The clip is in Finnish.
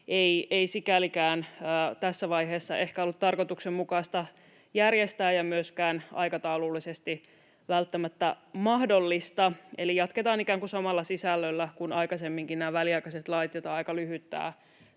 ei sikälikään tässä vaiheessa ehkä ollut tarkoituksenmukaista järjestää eikä myöskään aikataulullisesti välttämättä mahdollista. Eli jatketaan ikään kuin samalla sisällöllä kuin aikaisemminkin näitä väliaikaisia lakeja, ja tämä